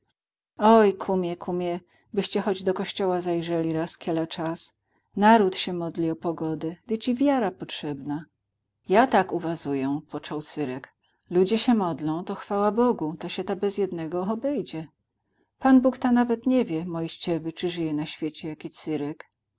kumie kumie byście choć do kościoła zajrzeli raz kiela czas naród się modli o pogodę dyć i wam potrzebna ja tak uwazuję począł cyrek ludzie sie modlą to chwalą bogu to sie ta bez jednego obejdzie pan bóg ta nie wie nawet moiściewy czy żyje na świecie jaki cyrek